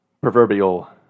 proverbial